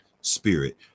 spirit